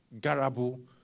Garabu